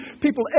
people